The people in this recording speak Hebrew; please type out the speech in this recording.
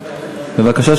בבקשה.